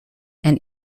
and